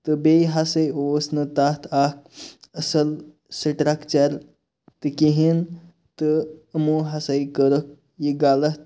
تہٕ بیٚیہِ ہَسا اوس نہٕ تتھ اکھ اصٕل سٹرَکچَر تہِ کِہیٖنۍ تہٕ یِمو ہَسا کٔرٕکھ یہِ غَلَط